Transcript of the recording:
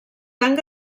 tant